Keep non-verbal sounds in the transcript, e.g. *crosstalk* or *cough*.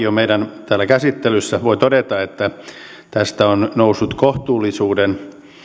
*unintelligible* on meillä täällä käsittelyssä voi todeta että tästä on noussut kohtuullisuuden